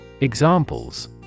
Examples